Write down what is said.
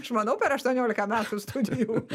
aš manau per aštuoniolika metų studijų